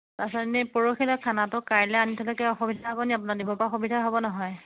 তাৰছত এনেই পৰহিলৈ খানাটো কাইলৈ আনি থলে কিবা অসুবিধা হ'ব নি আপোনাৰ দিব পৰা সুবিধা হ'ব নহয়